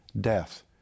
death